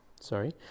sorry